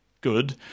good